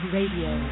Radio